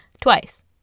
twice